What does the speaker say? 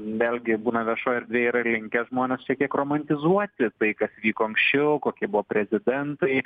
vėlgi būna viešoj erdvėj yra linkę žmonės šiek tiek romantizuoti tai kas vyko anksčiau o kokie buvo prezidentai